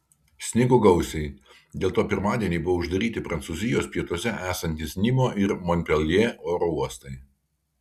snigo gausiai dėl to pirmadienį buvo uždaryti prancūzijos pietuose esantys nimo ir monpeljė oro uostai